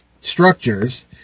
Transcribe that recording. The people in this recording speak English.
structures